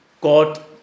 god